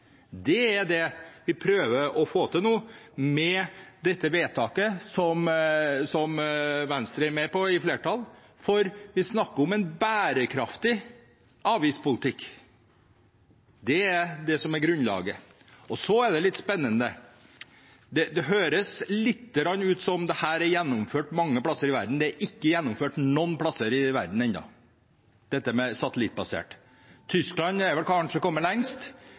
Det er det vi nå prøver å få til med dette vedtaket som Venstre er med på som del av et flertall. Vi snakker om en bærekraftig avgiftspolitikk. Det er det som er grunnlaget. Og så er det litt spennende. Det høres litt ut som om dette er gjennomført mange plasser i verden. Det er ikke gjennomført noen plasser i verden ennå, dette med det satellittbaserte. Tyskland har kanskje kommet lengst,